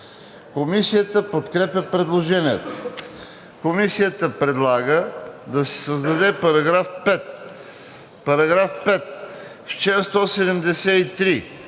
Комисията подкрепя предложението. Комисията предлага да се създаде § 5: „§ 5. В чл. 173,